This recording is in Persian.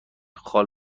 خال